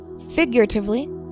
figuratively